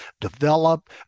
develop